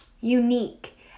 Unique